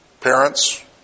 parents